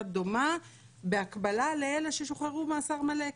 דומה בהקבלה לאלה ששוחררו מאסר מלא,